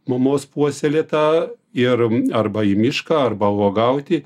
mamos puoselėtą ir arba į mišką arba uogauti